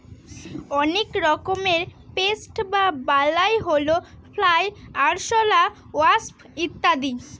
অনেক রকমের পেস্ট বা বালাই হল ফ্লাই, আরশলা, ওয়াস্প ইত্যাদি